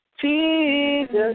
Jesus